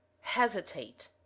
Hesitate